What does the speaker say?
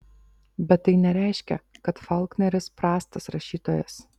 bet tai nereiškia kad faulkneris prastas rašytojas